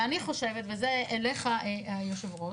ואני חושבת, וזה אליך היושב-ראש,